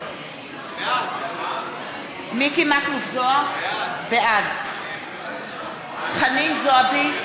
זוהר, בעד חנין זועבי,